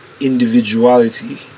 individuality